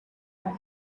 had